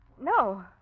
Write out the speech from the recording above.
No